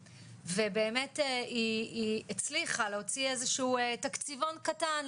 ובאמת היא הצליחה להוציא איזה שהוא תקציבון קטן לנושא,